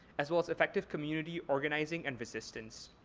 as well as effective community organizing and resistance.